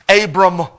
Abram